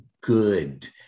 good